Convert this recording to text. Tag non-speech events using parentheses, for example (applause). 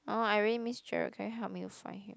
(noise) I really miss Gerald can you help me to find him